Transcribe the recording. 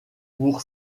pour